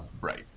Right